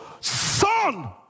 Son